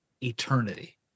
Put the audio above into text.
eternity